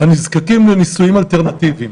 הנזקקים לנישואים אלטרנטיביים.